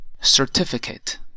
certificate